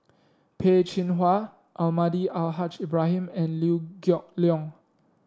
Peh Chin Hua Almahdi Al Haj Ibrahim and Liew Geok Leong